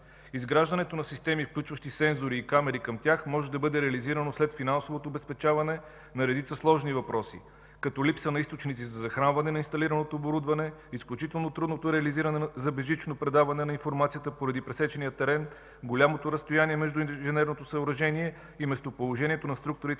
Изграждането на системи, включващи сензори и камери към тях може да бъде реализирано след финансовото обезпечаване на редица сложни въпроси като липса на източници за захранване на инсталираното оборудване, изключително трудното реализиране за безжично предаване на информацията, поради пресечения терен, голямото разстояние между инженерното съоръжение и местоположението на структурите